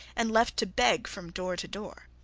and left to beg from door to door.